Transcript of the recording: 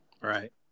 Right